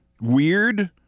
Weird